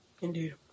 Indeed